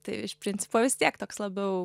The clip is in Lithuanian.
tai iš principo vis tiek toks labiau